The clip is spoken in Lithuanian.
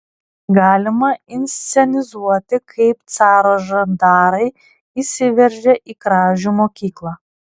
galima inscenizuoti kaip caro žandarai įsiveržia į kražių mokyklą